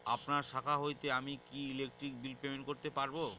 আপনার শাখা হইতে আমি কি ইলেকট্রিক বিল পেমেন্ট করতে পারব?